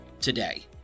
today